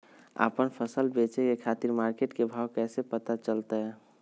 आपन फसल बेचे के खातिर मार्केट के भाव कैसे पता चलतय?